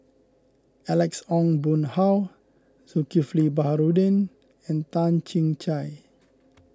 Alex Ong Boon Hau Zulkifli Baharudin and Toh Chin Chye